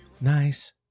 nice